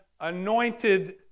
anointed